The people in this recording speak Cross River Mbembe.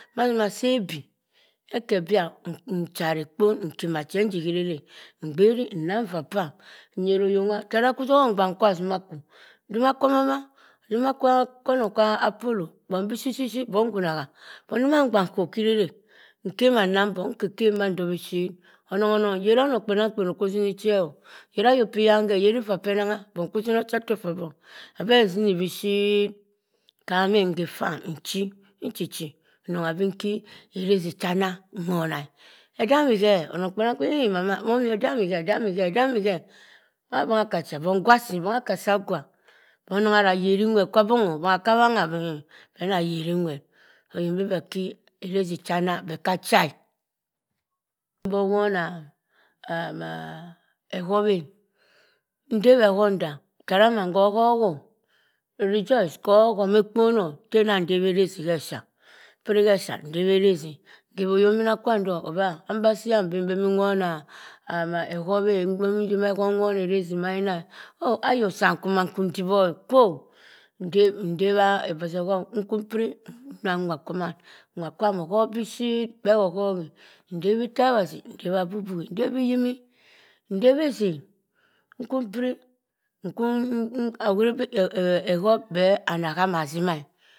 Matimah esi ebi eke ebia nchere ekpon nki- ma- che ngehe rereke mgeri nang eva pam nyero oyok nwa kwu togha ogbang kwa atima kwo ntima kwe mama. ntima ekwanen kwa apolo gbam bi shep shep buh nwungha poh onem agbang poh oki-erek ekema anang boh keh mandowi ship onung onung yeri anung kpenankpen okwo eteh che yena ayok peh eyanhe yeri eva peh ebangha acheno uchatok fah abangha abeh efino bi ship kameh ngeh fam nchi nchi noha beh nke erek esiechana nwona egameh heh onun kpenang kpen hey mama mumu edam mi heh edami heh ah bung ha akwa acha bungho agua asi akasa agwa mbangha kasa akwa bugha na yerch nwer koh bungho bungha kah wagha beh nah yeri nwer mbimbe nki ereze cham nah beh ka acha buh nwuna ah ehop eh ndewe ehop dah tera meh hohop oh rejoice kuh ohumeh ekponoh keh nah ndiwe ereze heh effia mm piri heh effia ndewi ereze ekewo oyomina kwam doh mba asi yan nwon ah ehop eh- etimi eho p nw oneh ereze minah ayo sam kwo man nwa kwam okwuh beh ship ewop hokhe ndewi etewase abah afufuh eyini ndewi esen nkwo mbiri nkwo ehuribeh ehop ana kam ma seha.